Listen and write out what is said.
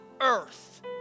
earth